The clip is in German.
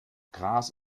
gras